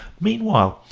meanwhile,